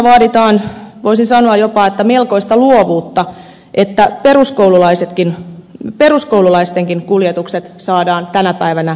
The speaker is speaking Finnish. kunnissa vaaditaan voisin jopa sanoa melkoista luovuutta että peruskoululaistenkin kuljetukset saadaan tänä päivänä järjestettyä